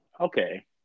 Okay